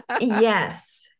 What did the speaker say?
yes